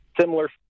similar